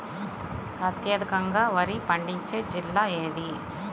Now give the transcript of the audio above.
అత్యధికంగా వరి పండించే జిల్లా ఏది?